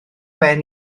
ben